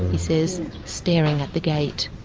he says staring at the gate.